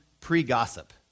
pre-gossip